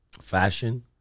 Fashion